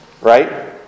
Right